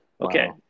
okay